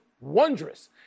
wondrous